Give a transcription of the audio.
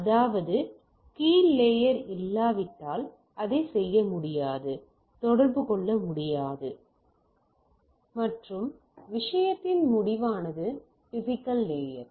அதாவது கீழ் லேயர் இல்லாவிட்டால் அதைச் செய்ய முடியாது தொடர்பு கொள்ள முடியாது மற்றும் விஷயத்தின் முடிவானது பிசிக்கல் லேயர்